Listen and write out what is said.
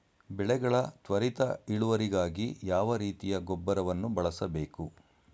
ಬೆಳೆಗಳ ತ್ವರಿತ ಇಳುವರಿಗಾಗಿ ಯಾವ ರೀತಿಯ ಗೊಬ್ಬರವನ್ನು ಬಳಸಬೇಕು?